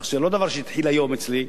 כך שזה לא דבר שהתחיל היום אצלי.